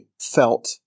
felt